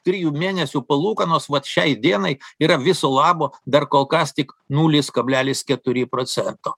trijų mėnesių palūkanos vat šiai dienai yra viso labo dar kol kas tik nulis kablelis keturi procento